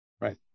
Right